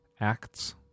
acts